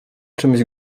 czymś